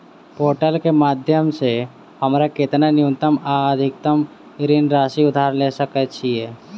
Portal केँ माध्यम सऽ हमरा केतना न्यूनतम आ अधिकतम ऋण राशि उधार ले सकै छीयै?